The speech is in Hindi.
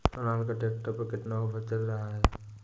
सोनालिका ट्रैक्टर पर कितना ऑफर चल रहा है?